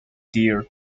deer